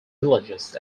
villages